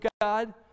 God—